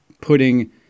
putting –